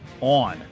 on